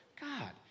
God